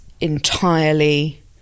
entirely